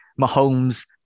Mahomes